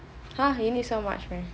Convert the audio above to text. !huh! you need so much meh